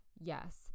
yes